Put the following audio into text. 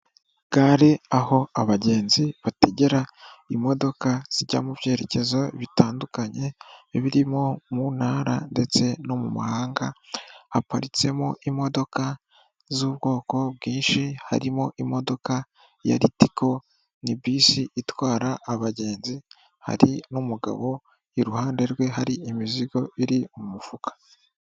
Gare aho abagenzi bategera imodoka zijya mu byerekezo bitandukanye birimo mu ntara ndetse no mu mahanga haparitsemo imodoka z'ubwoko bwinshi harimo imodoka ya litigo ni bisi itwara abagenzi hari n'umugabo iruhande rwe hari imizigo iri mu mufuka.